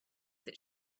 that